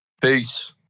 Peace